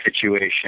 situation